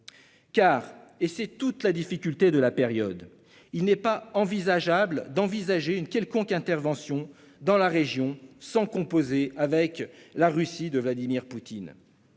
et c'est toute la difficulté de la période -d'envisager une quelconque intervention dans la région sans composer avec la Russie de Vladimir Poutine.